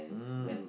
mm